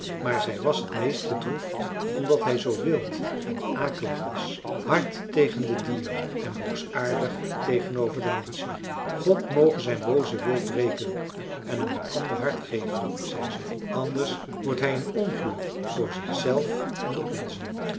maar zij was het meest bedroefd omdat hij zoo wild en akelig was hard tegen de dieren en boosaardig tegenover de menschen god moge zijn boozen wil breken en hem een ander hart geven zei ze anders wordt hij een ongeluk voor zichzelf en de onzen